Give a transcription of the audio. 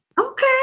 Okay